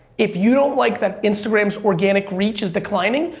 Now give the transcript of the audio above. if you don't like that instagram's organic reach is declining,